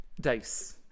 Dice